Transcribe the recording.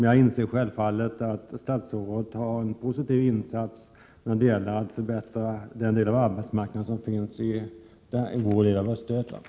Jag inser självfallet att statsrådet har en positiv syn när det gäller att förbättra den del av arbetsmarknaden som finns i vår del av Östergötland.